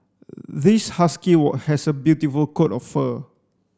this husky has a beautiful coat of fur